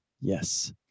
Yes